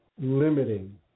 limiting